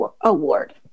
award